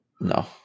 No